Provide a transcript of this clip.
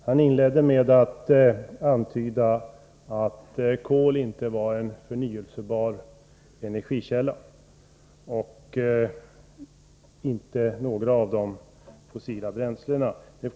Herr talman! Förlåt mig.